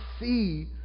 see